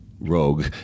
rogue